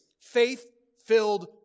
faith-filled